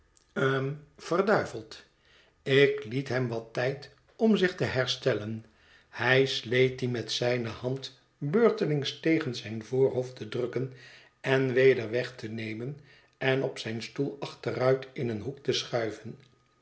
hm verduiveld ik het hem wat tijd om zich te herstellen hij sleet dien met zijne hand beurtelings tegen zijn voorhoold te drukken en weder weg te nemen en op zijn stoel achteruit in een hoek te schuiven